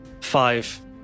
five